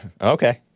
Okay